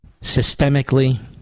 systemically